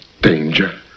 danger